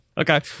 okay